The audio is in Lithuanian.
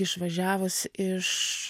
išvažiavus iš